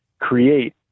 create